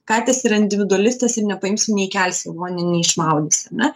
katės yra individualistės ir nepaimsim neįkelsi į vonią neišmaudysi ar ne